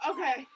Okay